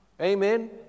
Amen